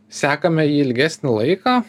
sekame jį ilgesnį laiką